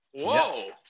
whoa